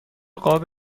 قاب